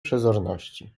przezorności